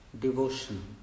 devotion